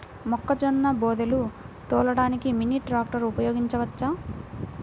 మొక్కజొన్న బోదెలు తోలడానికి మినీ ట్రాక్టర్ ఉపయోగించవచ్చా?